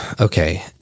Okay